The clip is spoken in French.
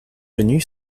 venues